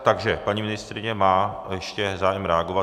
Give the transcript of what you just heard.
Takže paní ministryně má ještě zájem reagovat.